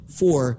four